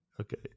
Okay